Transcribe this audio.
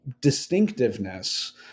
distinctiveness